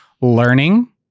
learning